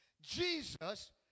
Jesus